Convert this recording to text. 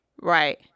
right